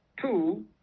Two